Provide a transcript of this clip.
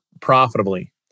profitably